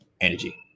energy